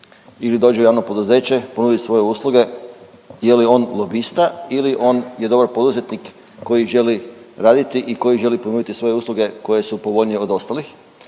ili dođe u javno poduzeće, ponudi svoje usluge, je li on lobista ili on je dobar poduzetnik koji želi raditi i koji želi ponuditi svoje usluge koje su povoljnije od ostalih?